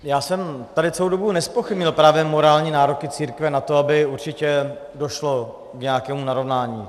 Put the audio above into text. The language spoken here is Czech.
Já jsem tady celou dobu nezpochybňoval právě morální nároky církve na to, aby určitě došlo k nějakému narovnání.